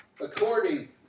according